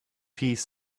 piece